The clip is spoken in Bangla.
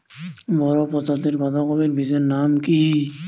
বড় প্রজাতীর বাঁধাকপির বীজের নাম কি?